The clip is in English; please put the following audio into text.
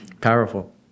Powerful